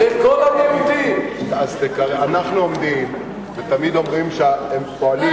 אנחנו תמיד אומרים שהם פועלים,